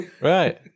right